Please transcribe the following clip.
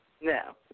No